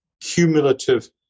cumulative